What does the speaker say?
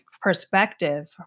perspective